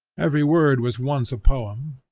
every word was once a poem.